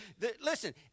Listen